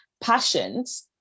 passions